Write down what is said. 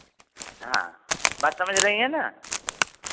हाँ बात समझ रही हैं ना